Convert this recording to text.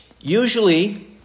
Usually